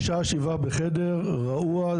6-7 בחדר רעוע,